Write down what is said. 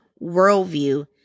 worldview